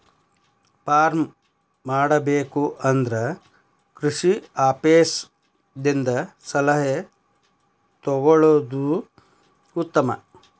farm ಮಾಡಬೇಕು ಅಂದ್ರ ಕೃಷಿ ಆಪೇಸ್ ದಿಂದ ಸಲಹೆ ತೊಗೊಳುದು ಉತ್ತಮ